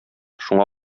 шуңа